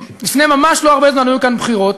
לפני ממש לא הרבה זמן היו כאן בחירות,